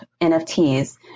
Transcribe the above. nfts